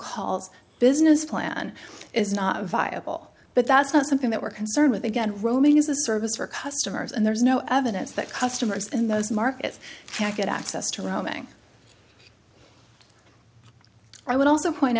calls business plan is not viable but that's not something that we're concerned with again roaming is a service for customers and there's no evidence that customers in those markets get access to roaming i would also point